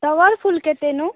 ଟଗର୍ ଫୁଲ୍ କେତେନୁ